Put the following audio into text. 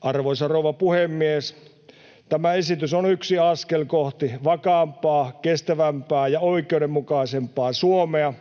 Arvoisa rouva puhemies! Tämä esitys on yksi askel kohti vakaampaa, kestävämpää ja oikeudenmukaisempaa Suomea.